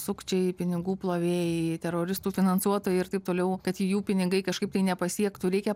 sukčiai pinigų plovėjai teroristų finansuotojai ir taip toliau kad jų pinigai kažkaip tai nepasiektų reikia